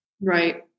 right